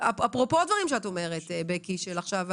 זה אפרופו הדברים שבקי אומרת לגבי